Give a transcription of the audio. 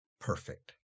perfect